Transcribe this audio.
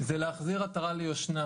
זה להחזיר עטרה ליושנה,